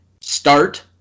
start